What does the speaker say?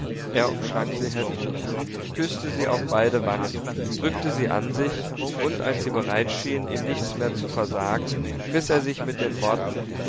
er umschlang sie heftig küßte sie auf beide wangen drückte sie an sich und als sie bereit schien ihm nichts mehr zu versagen riß er sich mit den worten